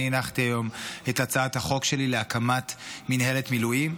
אני הנחתי היום את הצעת החוק שלי להקמת מינהלת מילואים,